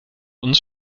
uns